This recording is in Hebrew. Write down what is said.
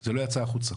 זה לא יצא החוצה.